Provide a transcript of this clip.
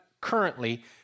currently